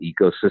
ecosystem